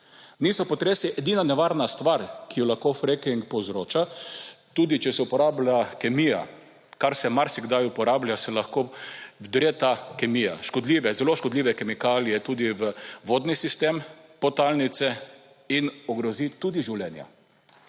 Niso potresi edina nevarna stvar, ki jo lahko fracking povzroča, tudi če se uporablja kemija, kar se marsikdaj uporablja, se lahko vdre ta kemija, škodljive, zelo škodljive kemikalije tudi v vodni sistem, podtalnice in ogrozi tudi življenja.